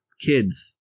kids